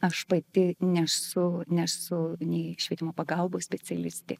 aš pati nesu nesu nei švietimo pagalbos specialistė